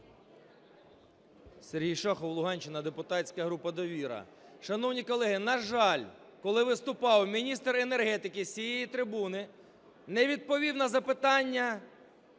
Сергій Шахов, Луганщина, депутатська група "Довіра". Шановні колеги, на жаль, коли виступав міністр енергетики з цієї трибуни, не відповів на запитання